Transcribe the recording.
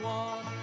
one